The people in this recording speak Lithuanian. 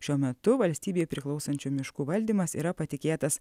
šiuo metu valstybei priklausančių miškų valdymas yra patikėtas